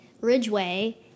Ridgeway